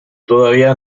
todavía